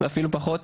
אפילו פחות,